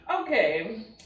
Okay